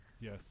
Yes